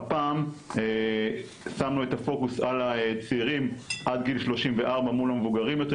הפעם שמנו את הפוקוס על הצעירים עד גיל 34 מול המבוגרים יותר,